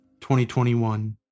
2021